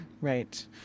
Right